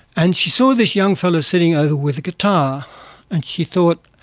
and she saw this young fellow sitting over with a guitar and she thought,